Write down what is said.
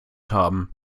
haben